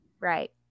Right